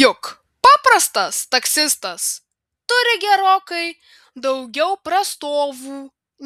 juk paprastas taksistas turi gerokai daugiau prastovų